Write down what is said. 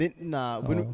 Nah